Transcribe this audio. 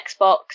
Xbox